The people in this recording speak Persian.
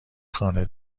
خانه